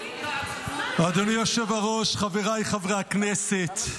אדוני היושב-ראש, חבריי חברי הכנסת,